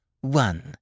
one